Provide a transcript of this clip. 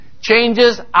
changes